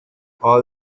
all